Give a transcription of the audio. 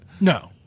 No